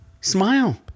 Smile